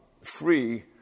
free